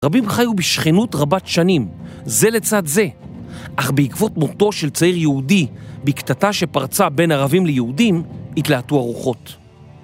רבים חיו בשכנות רבת שנים, זה לצד זה. אך בעקבות מותו של צעיר יהודי, בקטטה שפרצה בין ערבים ליהודים, התלהטו הרוחות.